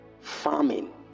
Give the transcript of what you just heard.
farming